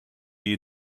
you